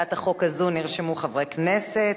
גם להצעת החוק הזאת נרשמו חברי כנסת,